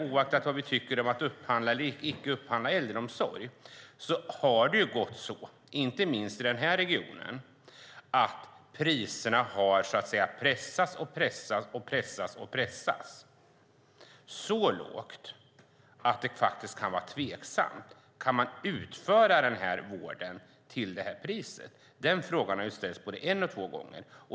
Oavsett vad vi tycker om att upphandla eller inte upphandla äldreomsorg har det ju gått så, inte minst i den här regionen, att priserna har pressats och pressats så lågt att det faktiskt kan vara tveksamt om man kan utföra den här vården till det här priset. Den frågan har ställts både en och två gånger.